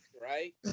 right